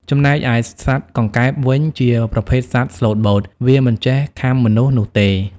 ចំណែកឯសត្វកង្កែបវិញជាប្រភេទសត្វស្លូតបូត វាមិនចេះខាំមនុស្សនោះទេ។